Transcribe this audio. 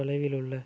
தொலைவில் உள்ள